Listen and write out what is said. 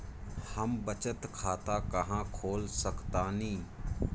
हम बचत खाता कहां खोल सकतानी?